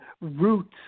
roots